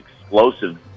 explosive